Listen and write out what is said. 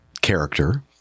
character